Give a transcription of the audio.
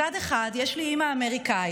מצד אחד יש לי אימא אמריקאית,